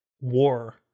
war